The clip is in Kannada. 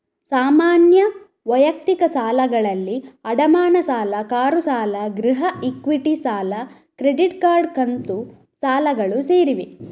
ಸಾಮಾನ್ಯ ವೈಯಕ್ತಿಕ ಸಾಲಗಳಲ್ಲಿ ಅಡಮಾನ ಸಾಲ, ಕಾರು ಸಾಲ, ಗೃಹ ಇಕ್ವಿಟಿ ಸಾಲ, ಕ್ರೆಡಿಟ್ ಕಾರ್ಡ್, ಕಂತು ಸಾಲಗಳು ಸೇರಿವೆ